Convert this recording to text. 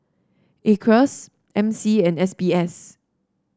Acres M C and S B S